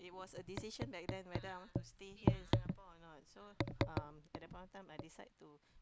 it was a decision back then whether I want to stay here in Singapore or not so um at that point of time I decide to